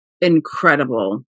incredible